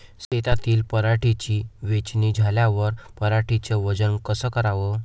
शेतातील पराटीची वेचनी झाल्यावर पराटीचं वजन कस कराव?